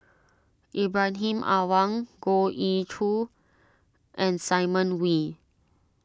Ibrahim Awang Goh Ee Choo and Simon Wee